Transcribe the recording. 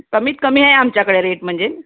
कमीत कमी आहे आमच्याकडे रेट म्हणजे